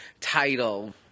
title